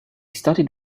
studied